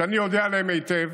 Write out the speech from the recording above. שאני יודע עליהם היטב,